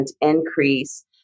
increase